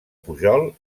pujol